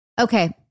okay